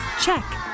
check